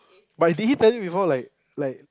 but did he tell you before like like